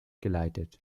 geleitet